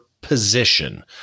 position